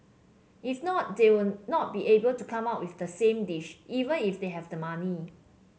if not they will not be able to come up with the same dish even if they have the money